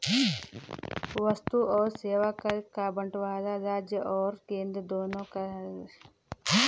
वस्तु और सेवा कर का बंटवारा राज्य और केंद्र दोनों सरकार में होता है